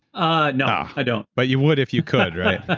ah no, i don't but you would if you could, right?